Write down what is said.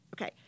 Okay